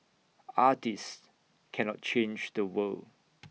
artists cannot change the world